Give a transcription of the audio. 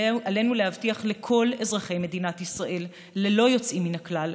עלינו להבטיח לכל אזרחי מדינת ישראל ללא יוצאים מן הכלל,